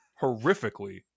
Horrifically